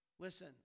Listen